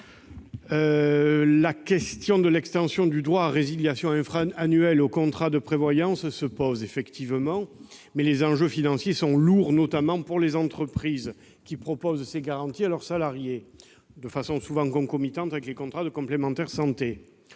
la question de l'extension du droit à résiliation infra-annuelle aux contrats de prévoyance se pose en effet, mais les enjeux financiers sont lourds, notamment pour les entreprises qui proposent ces garanties à leurs salariés, de façon souvent concomitante avec les contrats de complémentaire santé.